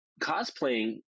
cosplaying